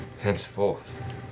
Henceforth